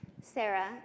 Sarah